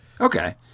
Okay